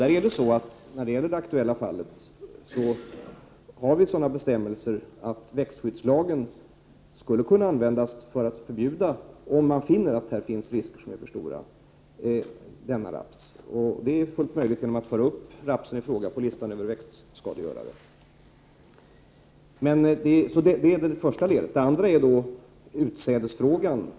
När det gäller det aktuella fallet finns det bestämmelser i växtskyddslagen som skulle kunna användas för att införa ett förbud, om man finner att riskerna med denna raps är för stora. Det är fullt möjligt genom att föra upp rapsen i fråga på listan över växtskadegörare. Detta är det första ledet. Det andra ledet är då utsädesfrågan.